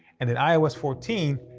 and in ios fourteen,